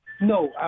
No